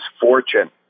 fortune